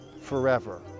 forever